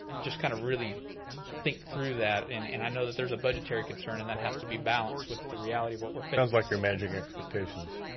just kind of really think through that. and and i know that there's a budgetary concern and that has to be balanced with the reality of what we're facing. sounds like you're managing expectations.